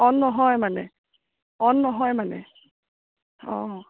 on নহয় মানে অ'ন নহয় মানে অ'